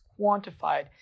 quantified